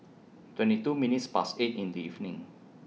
twenty two minutes Past eight in The evening